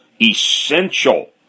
essential